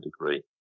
degree